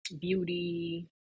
beauty